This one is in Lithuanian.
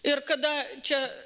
ir kada čia